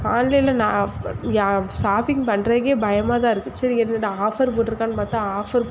ஆன்லைனில் நான் யான் ஷாப்பிங் பண்ணுறதுக்கே பயமாக தான் இருக்கு சரி என்னென்ன ஆஃபர் போட்ருக்கான்னு பார்த்தா ஆஃபர்